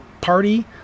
party